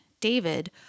David